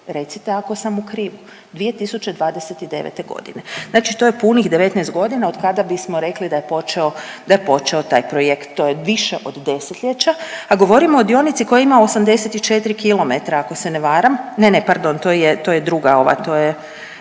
Recite ako sam u krivu, 2029. godine. Znači to je punih 19 godina od kada bismo rekli da je počeo taj projekt. To je više od desetljeća, a govorimo o dionici koja ima 84 km ako se ne varam. Ne, ne pardon to je druga ova.